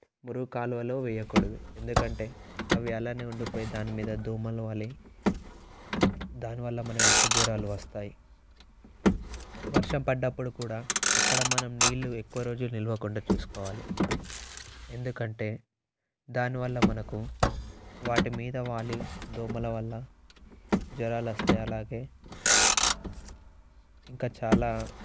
మురుగు కాలువలో వేయకూడదు ఎందుకంటే అవి అలానే ఉండిపోయి దాని మీద దోమలు వాలి దానివల్ల మన విష జ్వరాలు వస్తాయి వర్షం పడ్డప్పుడు కూడా ఎక్కడ మనం నీళ్ళు ఎక్కువ రోజులు నిల్వకుండా చూసుకోవాలి ఎందుకంటే దానివల్ల మనకు వాటి మీద వాలి దోమల వల్ల జ్వరాలు వస్తాయి అలాగే ఇంకా చాలా